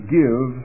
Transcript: give